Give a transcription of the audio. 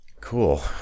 cool